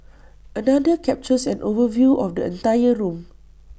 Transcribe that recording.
another captures an overview of the entire room